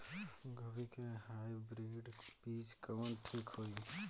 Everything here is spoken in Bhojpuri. गोभी के हाईब्रिड बीज कवन ठीक होई?